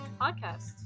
podcast